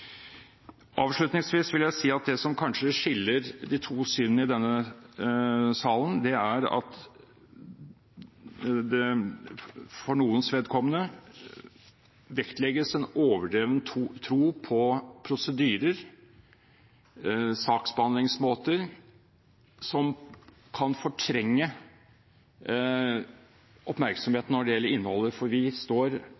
Avslutningsvis vil jeg si at det som kanskje skiller de to synene i denne salen, er at det for noens vedkommende vektlegges en overdreven tro på prosedyrer og saksbehandlingsmåter som kan fortrenge oppmerksomheten om innholdet. For vi står